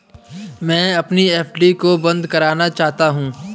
मैं अपनी एफ.डी को बंद करना चाहता हूँ